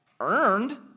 earned